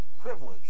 privilege